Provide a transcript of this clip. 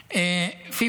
הערבית: